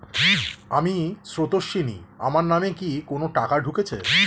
আমি স্রোতস্বিনী, আমার নামে কি কোনো টাকা ঢুকেছে?